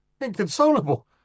Inconsolable